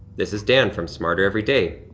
this is dan from smarter everyday.